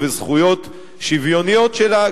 וזכויות שוויוניות שלה,